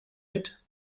mit